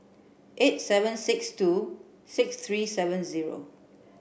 eight seven six two six three seven zero